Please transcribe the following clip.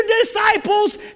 disciples